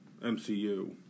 MCU